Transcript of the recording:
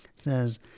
says